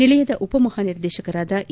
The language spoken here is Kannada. ನಿಲಯದ ಉಪಮಹಾ ನಿರ್ದೇಶಕರಾದ ಎ